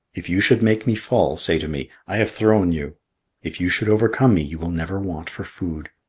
if you should make me fall, say to me i have thrown you if you should overcome me you will never want for food,